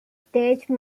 stage